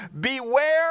beware